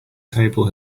table